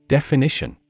Definition